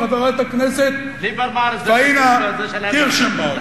חברת הכנסת פניה קירשנבאום.